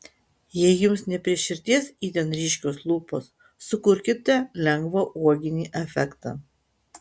jei jums ne prie širdies itin ryškios lūpos sukurkite lengvą uoginį efektą